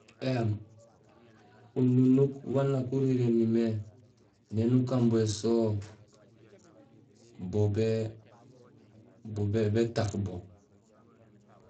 Ēém ununuk wa nak urirénimé néén nak ukambo ésoho bo bé-bétaaf bo